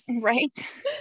Right